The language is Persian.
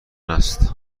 است